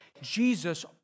Jesus